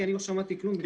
כי לא שמעתי כלום.